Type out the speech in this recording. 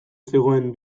zegoen